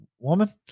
woman